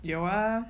有啊